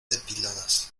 depiladas